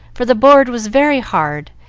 for the board was very hard,